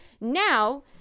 Now